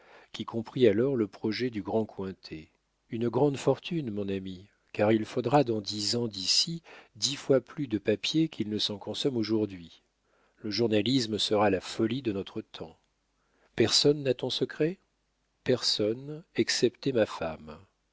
qui comprit alors le projet du grand cointet une grande fortune mon ami car il faudra dans dix ans d'ici dix fois plus de papier qu'il ne s'en consomme aujourd'hui le journalisme sera la folie de notre temps personne n'a ton secret personne excepté ma femme